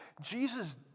Jesus